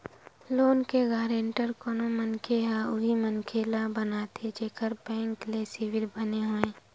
loan के guarantor कोनो मनखे ह उही मनखे ल बनाथे जेखर बेंक के सिविल बने होवय